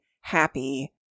happy